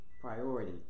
priority